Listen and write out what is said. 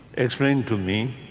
explained to me